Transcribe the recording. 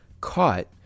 caught